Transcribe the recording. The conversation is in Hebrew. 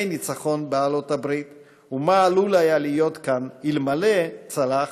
ניצחון בעלות הברית ומה עלול היה להיות כאן אלמלא צלח,